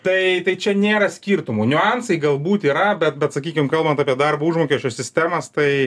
tai tai čia nėra skirtumų niuansai galbūt yra bet bet sakykim kalbant apie darbo užmokesčio sistemas tai